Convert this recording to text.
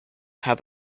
have